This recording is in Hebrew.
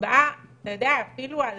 הצבעה אפילו על